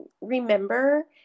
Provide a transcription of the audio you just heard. remember